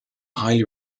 highly